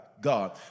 God